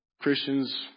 Christians